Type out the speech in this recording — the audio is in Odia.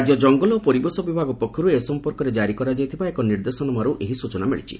ରାଜ୍ୟ ଜଙ୍ଗଲ ଓ ପରିବେଶ ବିଭାଗ ପକ୍ଷରୁ ଏ ସମ୍ପର୍କରେ ଜାରି କରାଯାଇଥିବା ଏକ ନିର୍ଦ୍ଦେଶନାମାରୁ ଏହି ସୂଚନା ମିଳଛି